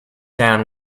down